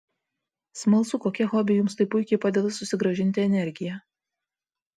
smalsu kokie hobiai jums taip puikiai padeda susigrąžinti energiją